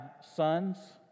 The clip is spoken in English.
sons